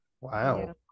Wow